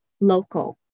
local